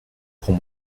pour